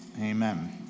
Amen